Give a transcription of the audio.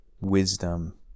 wisdom